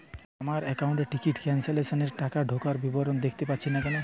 আমার একাউন্ট এ ticket cancellation এর টাকা ঢোকার বিবরণ দেখতে পাচ্ছি না কেন?